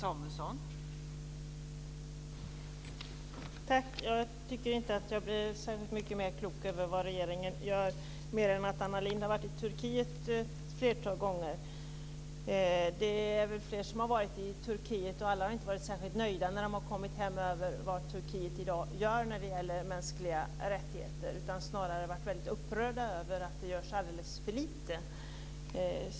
Fru talman! Jag tycker inte att jag blev särskilt mycket klokare när det gäller vad regeringen gör annat än att Anna Lindh har varit i Turkiet ett flertal gånger. Det är väl fler som har varit i Turkiet, och alla har inte varit särskilt nöjda när de har kommit hem i fråga om vad Turkiet i dag gör när det gäller mänskliga rättigheter utan snarare varit väldigt upprörda över att det görs alldeles för lite.